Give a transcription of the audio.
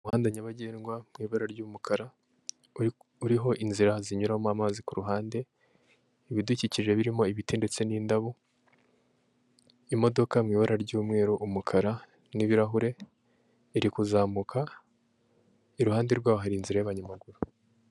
Umuhanda nyabagendwa mu ibara ry'umukara, uriho inzira zinyuramo amazi ku ruhande, ibidukikije birimo ibiti ndetse n'indabo, imodoka mu ibara ry'umweru, umukara, n'ibirahure, iri kuzamuka, iruhande rwaho hari inzira y'abanyamaguru.